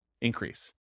increase